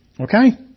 Okay